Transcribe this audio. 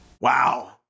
Wow